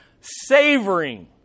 savoring